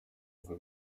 ngo